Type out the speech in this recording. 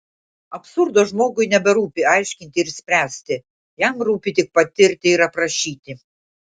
absurdo žmogui neberūpi aiškinti ir spręsti jam rūpi tik patirti ir aprašyti